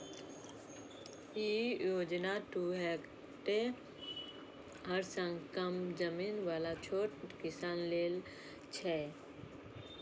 ई योजना दू हेक्टेअर सं कम जमीन बला छोट किसान लेल छै